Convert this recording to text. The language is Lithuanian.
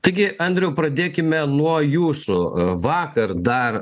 taigi andriau pradėkime nuo jūsų vakar dar